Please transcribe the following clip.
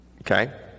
Okay